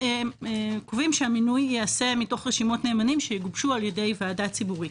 וקובעים שהמינוי ייעשה מתוך רשימות נאמנים שיגובשו על-ידי ועדה ציבורית.